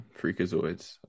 freakazoids